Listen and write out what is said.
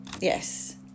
Yes